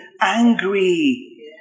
angry